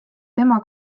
tema